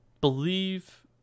believe